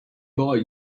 boy